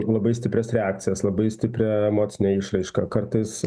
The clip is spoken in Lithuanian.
labai stiprias reakcijas labai stiprią emocinę išraišką kartais